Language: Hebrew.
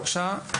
בבקשה,